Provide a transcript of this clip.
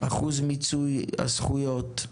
אחוז מיצוי הזכויות,